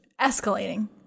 escalating